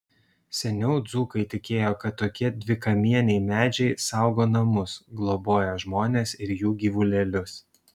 seniau dzūkai tikėjo kad tokie dvikamieniai medžiai saugo namus globoja žmones ir jų gyvulėlius